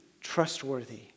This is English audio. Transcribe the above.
trustworthy